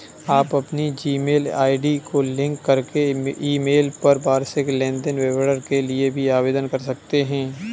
आप अपनी Gmail ID को लिंक करके ईमेल पर वार्षिक लेन देन विवरण के लिए भी आवेदन कर सकते हैं